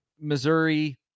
Missouri